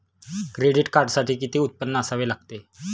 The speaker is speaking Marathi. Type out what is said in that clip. क्रेडिट कार्डसाठी किती उत्पन्न असावे लागते?